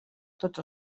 tots